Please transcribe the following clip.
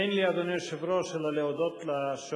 אין לי, אדוני היושב-ראש, אלא להודות לשואלים.